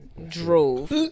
drove